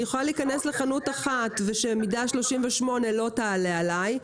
אני יכולה להיכנס לחנות אחת ושמידה 38 לא תעלה עליי,